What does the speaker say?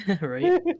Right